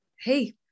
hey